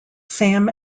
sam